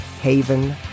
Haven